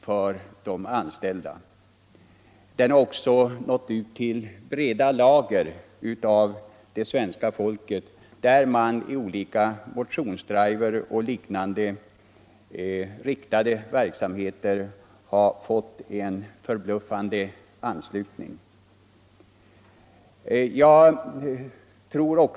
Korpidrotten har nått ut till breda lager av det svenska folket. Olika motionsdriver och liknande riktade verksamheter har fått en förbluffande anslutning.